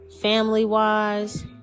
family-wise